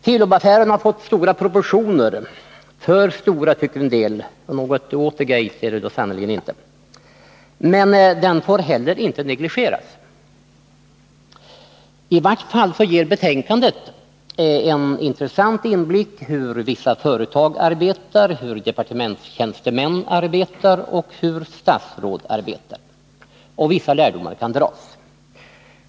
Telub-affären har fått stora proportioner — för stora, tycker en del. Den är sannerligen inte någon Watergate-affär, men den får heller inte negligeras. I vart fall ger betänkandet en intressant inblick i hur vissa företag arbetar, hur departementstjänstemän arbetar och hur statsråd arbetar. Vissa lärdomar kan dras.